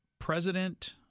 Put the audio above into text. president